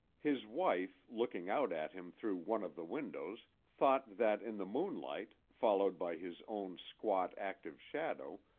his wife, looking out at him through one of the windows, thought that, in the moonlight, followed by his own squat, active shadow,